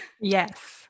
Yes